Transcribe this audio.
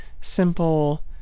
simple